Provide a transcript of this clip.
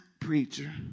preacher